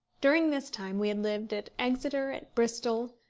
during this time we had lived at exeter, at bristol,